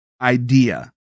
idea